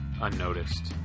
unnoticed